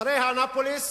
אחרי אנאפוליס